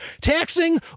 Taxing